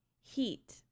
heat